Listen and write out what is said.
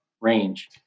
range